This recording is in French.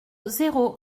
zéro